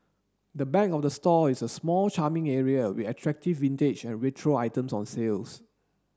the back of the store is a small charming area with attractive vintage and retro items on sales